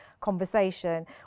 conversation